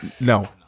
no